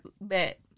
bet